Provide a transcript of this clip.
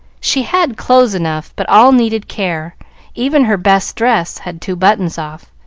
she had clothes enough, but all needed care even her best dress had two buttons off,